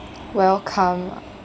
welcome ah